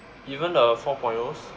even the four point Os